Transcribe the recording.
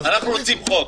אנחנו רוצים חוק.